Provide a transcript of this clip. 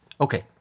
Okay